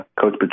Coach